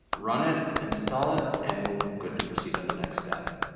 run it, install it and we'll good to proceed on the next step.